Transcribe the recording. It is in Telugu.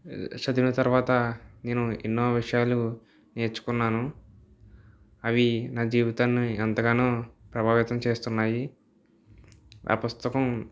చదివిన తర్వాత నేను ఎన్నో విషయాలు నేర్చుకున్నాను అవి నా జీవితాన్ని ఎంతగానో ప్రభావితం చేస్తున్నాయి ఆ పుస్తకం